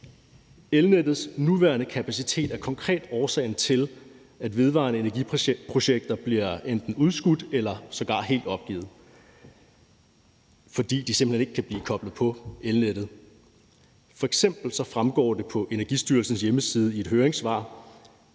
Elnettets nuværende kapacitet er konkret årsagen til, at vedvarende energi-projekter enten bliver udskudt eller sågar helt opgivet. Det er, fordi de simpelt hen ikke kan blive koblet på elnettet. F.eks. fremgår det på Energistyrelsens hjemmeside i et høringssvar